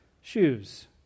shoes